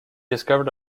discovered